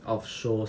of shows